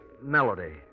Melody